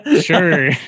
Sure